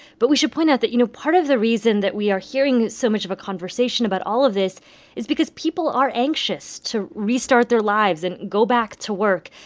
but we should point out that, you know, part of the reason that we are hearing so much of a conversation about all of this is because people are anxious to restart their lives and go back to work.